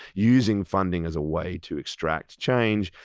using funding as a way to extract change.